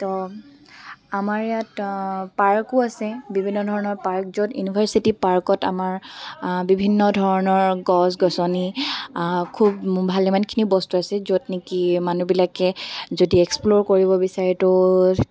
ত' আমাৰ ইয়াত পাৰ্কো আছে বিভিন্ন ধৰণৰ পাৰ্ক য'ত ইউনিভাৰ্চিটি পাৰ্কত আমাৰ বিভিন্ন ধৰণৰ গছ গছনি খুব ভাল ইমানখিনি বস্তু আছে য'ত নেকি মানুহবিলাকে যদি এক্সপ্ল'ৰ কৰিব বিচাৰে তো